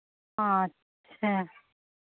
अच्छा